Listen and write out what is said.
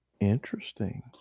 Interesting